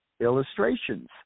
illustrations